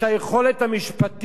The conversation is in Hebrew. לקבוע מה זה תועבה.